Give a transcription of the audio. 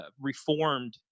Reformed